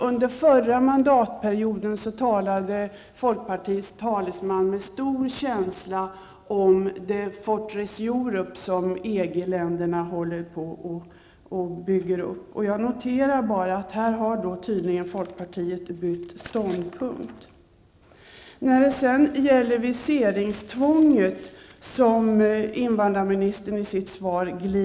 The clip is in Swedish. Under förra mandatperioden talade folkpartiets talesman med stor känsla om det ''fortress Europe'' som EG-länderna håller på att bygga upp. Jag noterar att folkpartiet tydligen har bytt ståndpunkt här. När det sedan gäller viseringstvånget glider invandrarministern undan i sitt svar.